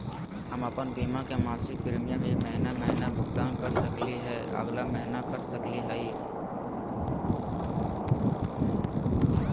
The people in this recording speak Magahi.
हम अप्पन बीमा के मासिक प्रीमियम ई महीना महिना भुगतान कर सकली हे, अगला महीना कर सकली हई?